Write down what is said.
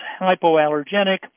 hypoallergenic